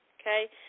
okay